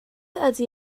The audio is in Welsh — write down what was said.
ydy